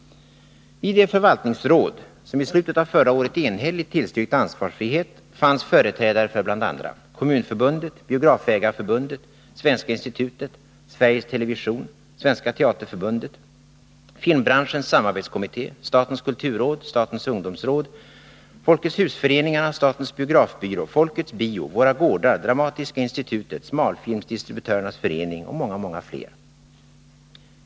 I det förvaltningsråd som i slutet av förra året enhälligt tillstyrkte ansvarsfrihet fanns företrädare för bl.a. Kommunförbundet, Biografägareförbundet, Svenska institutet, Sveriges Television AB, Svenska teaterförbundet, Filmbranschens samarbetskommitté, statens kulturråd, statens ungdomsråd, Folkets hus-föreningarna, statens biografbyrå, Folkets bio, Våra gårdar, Dramatiska institutet, Smalfilmsdistributörernas förening och många, många fler.